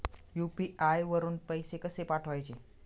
UPI वरून पैसे कसे पाठवायचे?